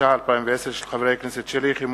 התש"ע 2010, של חברי הכנסת שלי יחימוביץ,